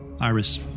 Iris